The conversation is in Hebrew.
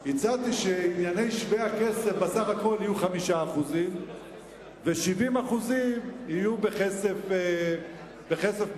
הצעתי שענייני השווה כסף בסך הכול יהיו 5% ו-70% יהיו בכסף מלא.